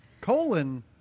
colon